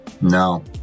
No